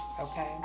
okay